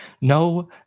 No